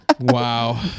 Wow